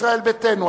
ישראל ביתנו,